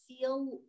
feel